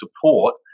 support